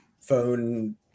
phone